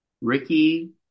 Ricky